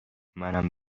منم